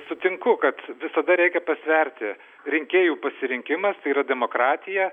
sutinku kad visada reikia pasverti rinkėjų pasirinkimas tai yra demokratija